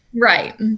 Right